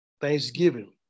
Thanksgiving